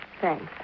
Thanks